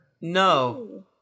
No